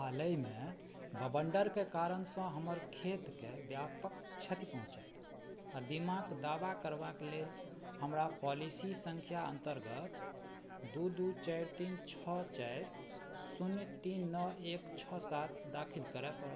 हालहिमे बवण्डरके कारणसँ हमर खेतकेँ व्यापक क्षति पहुँचल आओर बीमाके दावा करबाक लेल हमरा पॉलिसी सँख्या अन्तर्गत दुइ दुइ चारि तीन छओ चारि शून्य तीन नओ एक छओ सात दाखिल करै पड़त